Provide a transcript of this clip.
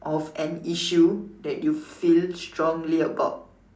of an issue that you feel strongly about